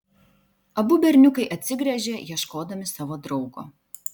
abu berniukai atsigręžė ieškodami savo draugo